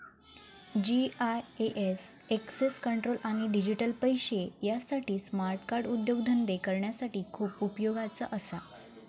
GIS access control आणि digital पैशे यासाठी स्मार्ट कार्ड उद्योगधंदे करणाऱ्यांसाठी खूप उपयोगाचा असा